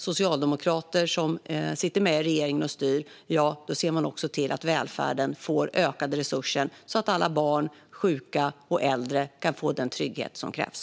Socialdemokrater som sitter med i regeringen och styr ser självklart till att välfärden får ökade resurser så att alla barn, sjuka och äldre kan få den trygghet som krävs.